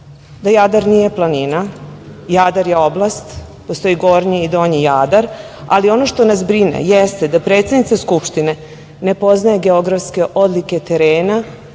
da Jadar nije planina, Jadar je oblast. Postoji Gornji i Donji Jadar, ali ono što nas brine jeste da predsednica Skupštine ne poznaje geografske odlike terena